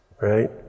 right